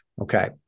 Okay